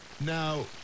Now